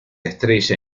estrella